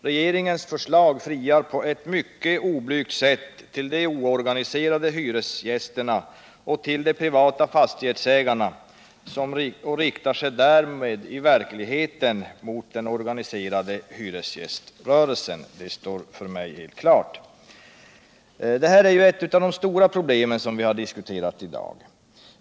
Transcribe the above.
Regeringens förslag friar på ctt mycket obiygt sätt till de organiserade hyresgästerna och till de privata fastighetsägarna och riktar sig därmed i verkligheten mot den organiserade hyresgäströrelsen. Det står för mig helt klart. Det som vii dag har diskuterat är ett av de stora problemen.